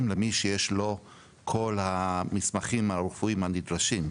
למי שיש לו את כל המסמכים הרפואיים הנדרשים,